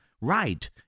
right